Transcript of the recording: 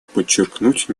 подчеркнуть